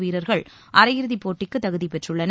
வீரர்கள் அரையிறுதிப் போட்டிக்கு தகுதி பெற்றுள்ளனர்